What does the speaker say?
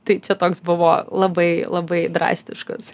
tai čia toks buvo labai labai drastiškas